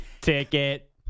ticket